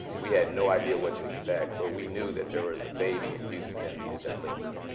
we had no idea what to expect. but we knew that there was a baby in houston that needed that liver.